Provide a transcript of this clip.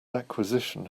acquisition